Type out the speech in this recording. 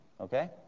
okay